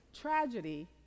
tragedy